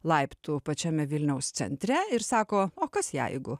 laiptų pačiame vilniaus centre ir sako o kas jeigu